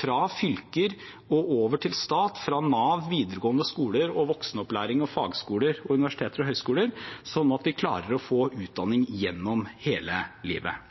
fra fylker og over til stat, fra Nav, videregående skoler, voksenopplæring, fagskoler, universiteter og høyskoler, sånn at vi klarer å få utdanning gjennom hele livet.